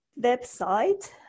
website